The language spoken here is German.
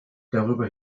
darüber